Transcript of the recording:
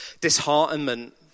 disheartenment